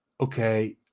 okay